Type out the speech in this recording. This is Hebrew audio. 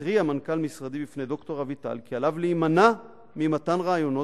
התריע מנכ"ל משרדי בפני ד"ר אביטל כי עליו להימנע ממתן ראיונות,